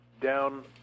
down